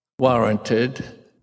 warranted